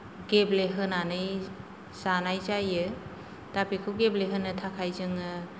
गेब्लेहोनानै जानाय जायो दा बेखौ गेब्लेहोनो थाखाय जोङो